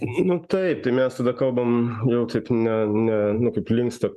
nu taip tai mes tada kalbam jau taip ne ne nu kaip linksta